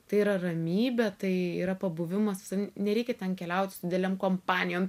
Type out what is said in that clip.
tai yra ramybė tai yra pabuvimas su savim nereikia ten keliauti su didelėm kompanijom